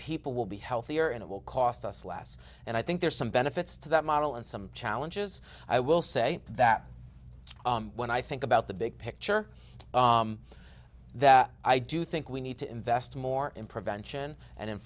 people will be healthier and it will cost us less and i think there are some benefits to that model and some challenges i will say that when i think about the big picture that i do think we need to invest more in prevention and